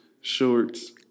shorts